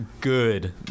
good